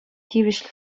тивӗҫлӗ